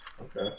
Okay